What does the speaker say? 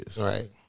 Right